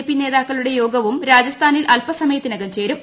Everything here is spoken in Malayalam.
പ്പി ിനേതാക്കളുടെ യോഗവും രാജസ്ഥാനിൽ അല്പസമയത്തിനുക് ചേരും